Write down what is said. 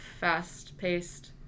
fast-paced